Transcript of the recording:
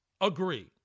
agree